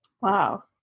Wow